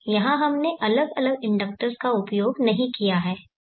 यहां हमने अलग अलग इंडक्टर्स का उपयोग नहीं किया है